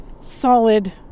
solid